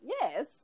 Yes